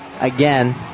again